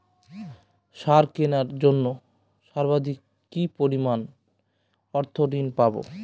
সার কেনার জন্য সর্বাধিক কি পরিমাণ অর্থ ঋণ পাব?